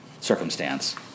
circumstance